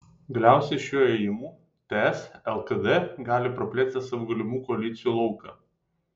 galiausiai šiuo ėjimu ts lkd gali praplėsti savo galimų koalicijų lauką